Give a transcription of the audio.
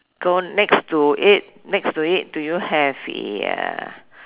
go on next to it next to it do you have a uh